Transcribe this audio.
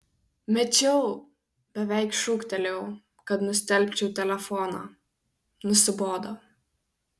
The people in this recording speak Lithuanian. mečiau beveik šūktelėjau kad nustelbčiau telefoną nusibodo